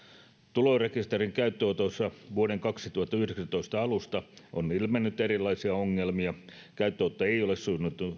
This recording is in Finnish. tulorekisterin käyttöönotossa vuoden kaksituhattayhdeksäntoista alusta on ilmennyt erilaisia ongelmia käyttöönotto ei ole sujunut